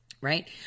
right